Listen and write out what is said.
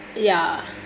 ya